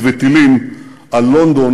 אתם רוצים לשבת או לעמוד,